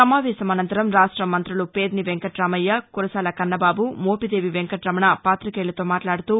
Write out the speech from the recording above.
సమావేశం అనంతరం రాష్ట మంతులు పేర్ని వెంకటామయ్య కురసాల కన్నబాబు మోపిదేవి వెంకటరమణ పాతికేయులతో మాట్లాడుతూ